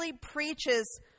preaches